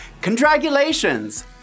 Congratulations